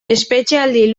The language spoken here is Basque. espetxealdi